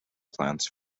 plans